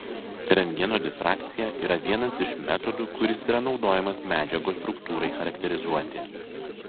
rentgeno difrakcija yra vienas iš metodų kuris yra naudojamas medžiagos struktūrai charakterizuoti